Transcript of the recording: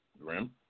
Grim